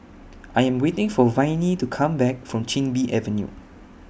I Am waiting For Viney to Come Back from Chin Bee Avenue